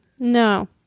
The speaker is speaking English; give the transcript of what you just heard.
no